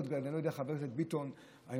אני לא יודע לגבי חבר הכנסת ביטון ואני